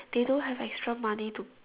they don't have extra money to